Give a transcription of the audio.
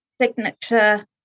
signature